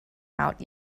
out